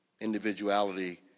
individuality